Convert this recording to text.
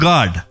God